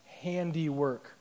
handiwork